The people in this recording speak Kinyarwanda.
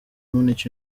munich